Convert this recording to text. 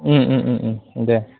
दे